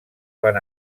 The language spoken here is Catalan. van